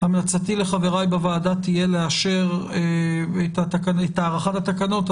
המלצתי לחבריי בוועדה תהיה לאשר את הארכת התקנות,